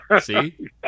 see